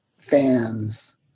fans